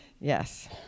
yes